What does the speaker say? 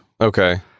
Okay